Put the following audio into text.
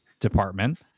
department